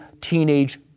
teenage